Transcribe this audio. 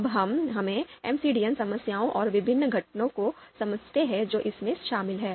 अब हम एमसीडीएम समस्याओं और विभिन्न घटकों को समझते हैं जो इसमें शामिल हैं